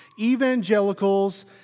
Evangelicals